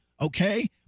Okay